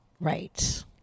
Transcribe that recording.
Right